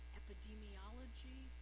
epidemiology